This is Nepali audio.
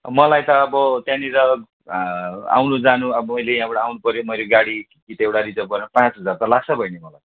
मलाई त अब त्यहाँनिर आउनु जानु अब अहिले यहाँबाट आउनु पऱ्यो मैले गाडी कि त एउटा रिजर्भ गर्नुपर्यो पाँच हजार त लाग्छ बहिनी मलाई